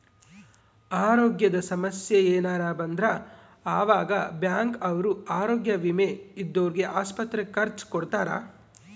ಅರೋಗ್ಯದ ಸಮಸ್ಸೆ ಯೆನರ ಬಂದ್ರ ಆವಾಗ ಬ್ಯಾಂಕ್ ಅವ್ರು ಆರೋಗ್ಯ ವಿಮೆ ಇದ್ದೊರ್ಗೆ ಆಸ್ಪತ್ರೆ ಖರ್ಚ ಕೊಡ್ತಾರ